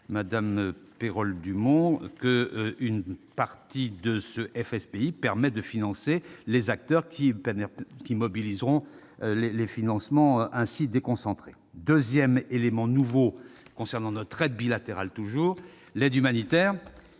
madame Perol-Dumont, qu'une partie de ces FSPI permet de financer des acteurs qui mobiliseront les financements ainsi déconcentrés. Toujours dans le cadre de notre aide bilatérale, l'aide humanitaire